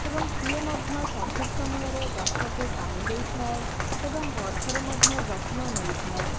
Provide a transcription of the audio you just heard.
ଏବଂ ସିଏ ମଧ୍ୟ ସଠିକ୍ ସମୟରେ ଗଛକୁ ପାଣି ଦେଇଥାଏ ଏବଂ ଗଛର ମଧ୍ୟ ଯତ୍ନ ନେଇଥାଏ